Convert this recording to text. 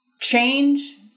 Change